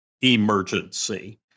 emergency